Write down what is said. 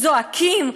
זועקים,